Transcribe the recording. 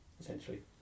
essentially